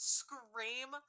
scream